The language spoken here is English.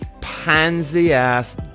pansy-ass